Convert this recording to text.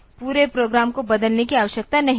तो मुझे पूरे प्रोग्राम को बदलने की आवश्यकता नहीं है